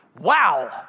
Wow